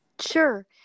Sure